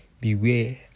Beware